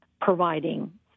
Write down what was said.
providing